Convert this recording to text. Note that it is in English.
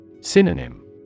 Synonym